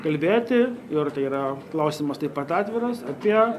kalbėti ir tai yra klausimas taip pat atviras apie